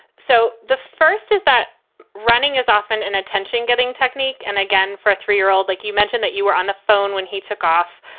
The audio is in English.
so the first is that running is often an attention getting technique. and again, for a three year old, like you mentioned, that you were on the phone when he took off.